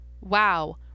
wow